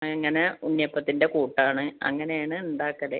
അങ്ങനെ ഉണ്ണിയപ്പത്തിൻ്റെ കൂട്ടാണ് അങ്ങനെയാണ് ഉണ്ടാക്കൽ